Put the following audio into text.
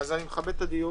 אז אני מכבד את הדיון,